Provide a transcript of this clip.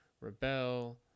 rebel